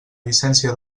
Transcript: llicència